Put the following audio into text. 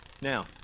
now